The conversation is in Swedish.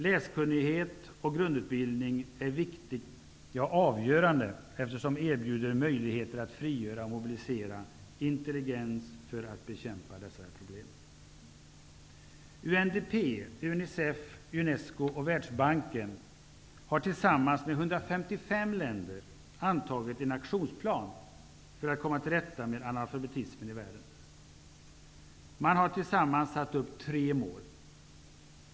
Läskunnighet och grundutbildning är viktigt, ja avgörande, eftersom det erbjuder möjligheter att frigöra och mobilisera intelligens för att bekämpa dessa problem. UNDP, Unicef, Unesco och Världsbanken har tillsammans med 155 länder antagit en aktionsplan för att komma till rätta med analfabetismen i världen. Man har tillsammans satt upp tre mål.